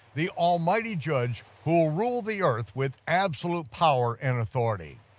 the almighty judge who will rule the earth with absolute power and authority.